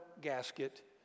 gasket